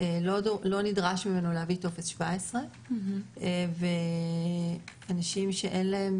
לא נדרש ממנו להביא טופס 17 ואנשים שאין להם